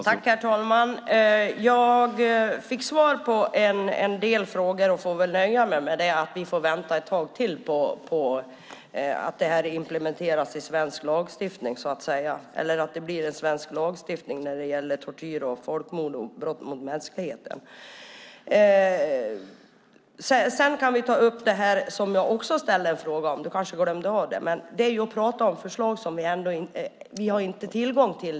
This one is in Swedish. Herr talman! Jag fick svar på en del frågor. Jag får väl nöja mig med att vi får vänta ett tag till innan det blir en svensk lagstiftning mot tortyr, folkmord och brott mot mänskligheten. Johan Pehrson kanske glömde det jag sade om att tala om förslag som vi inte har full tillgång till.